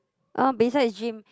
besides gym